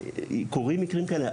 קורים מקרים כאלה,